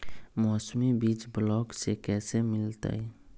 मौसमी बीज ब्लॉक से कैसे मिलताई?